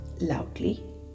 loudly